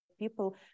People